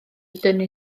dynnu